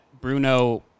Bruno